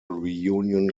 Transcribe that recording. reunion